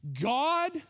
God